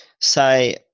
say